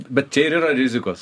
bet čia ir yra rizikos